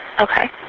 Okay